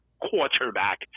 quarterback